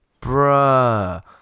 Bruh